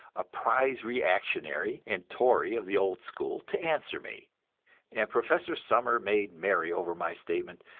a prize reactionary and tory of the old school, to answer me and professor sumner made merry over my statement,